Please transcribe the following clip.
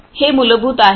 हे मूलभूत आहे